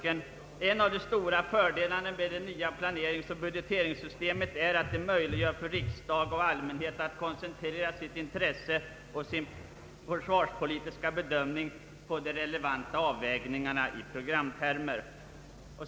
En av de stora fördelarna med det nya planeringsoch budgeteringssystemet sägs vara att det möjliggör för ”riksdag och allmänhet att koncentrera sitt intresse och sin försvarspolitiska bedömning på de relevanta avvägningarna i programtermer”.